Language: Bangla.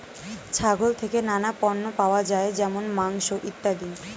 ছাগল থেকে নানা পণ্য পাওয়া যায় যেমন মাংস, ইত্যাদি